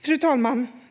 Fru talman!